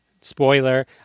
Spoiler